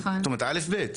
זאת אומרת, זה א', ב'.